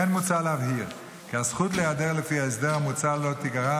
כמו כן מוצע להבהיר כי הזכות להיעדר לפי ההסדר המוצע לא תגרע